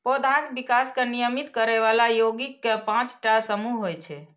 पौधाक विकास कें नियमित करै बला यौगिक के पांच टा समूह होइ छै